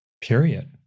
period